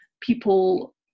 people